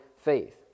faith